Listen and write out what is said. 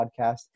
podcast